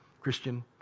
Christian